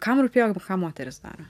kam rūpėjo ką moterys daro